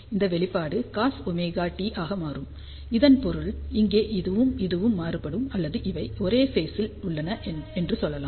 இந்த வெளிப்பாடு cos ωt ஆக மாறும் இதன் பொருள் இங்கே இதுவும் இதுவும் மாறுபடும் அல்லது இவை ஒரே பேஸில் உள்ளன என்று சொல்லலாம்